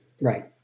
Right